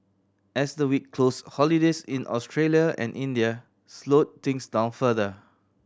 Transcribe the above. as the week closed holidays in Australia and India slowed things down further